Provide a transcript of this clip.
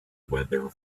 weather